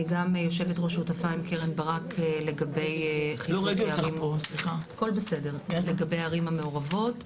גם יושבת ראש שותפה עם קרן ברק לגבי האלימות בערים המעורבות.